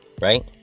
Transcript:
right